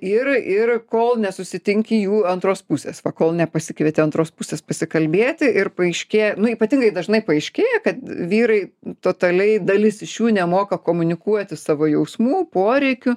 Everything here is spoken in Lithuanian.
ir ir kol nesusitinki jų antros pusės pakol nepasikvieti antros pusės pasikalbėti ir paaiškėja nu ypatingai dažnai paaiškėja kad vyrai totaliai dalis iš jų nemoka komunikuoti savo jausmų poreikių